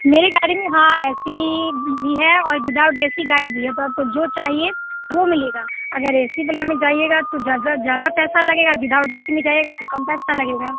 मेरे गाड़ी हाँ ए सी भी है और विदाउट ए सी गाड़ी भी है तो आपको जो चाहिए वो मिलेगा अगर ए सी वाला में जाइएगा तो ज़्यादा ज़्यादा पैसा लगेगा बिदाउट ए सी में जाइएगा तो कम पैसा लगेगा